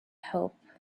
hope